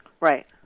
Right